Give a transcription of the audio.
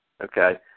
Okay